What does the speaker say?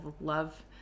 love